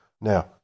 Now